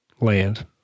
land